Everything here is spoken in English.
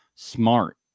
smart